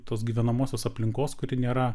tos gyvenamosios aplinkos kuri nėra